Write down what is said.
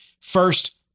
First